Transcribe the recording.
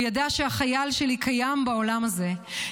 הוא ידע שהחייל שלי קיים בעולם הזה,